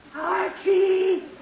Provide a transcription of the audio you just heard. Archie